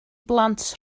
blant